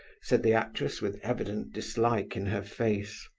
said the actress, with evident dislike in her face.